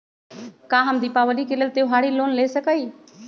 का हम दीपावली के लेल त्योहारी लोन ले सकई?